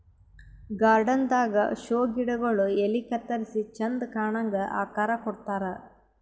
garden ದಾಗಾ show ಗಿಡಗೊಳ್ ಎಲಿ ಕತ್ತರಿಸಿ ಚಂದ್ ಕಾಣಂಗ್ ಆಕಾರ್ ಕೊಡ್ತಾರ್